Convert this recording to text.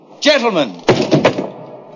Gentlemen